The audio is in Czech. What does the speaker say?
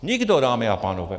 Nikdo, dámy a pánové!